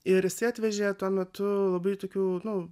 ir jisai atvežė tuo metu labai tokių nu